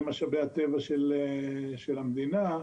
שלום לכולם,